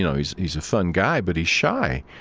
you know, he's he's a fun guy, but he's shy.